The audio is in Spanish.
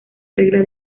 regla